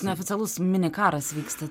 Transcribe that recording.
neoficialus mini karas vyksta